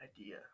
Idea